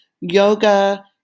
yoga